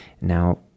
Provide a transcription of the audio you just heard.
Now